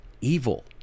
evil